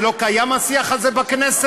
זה לא קיים, השיח הזה בכנסת?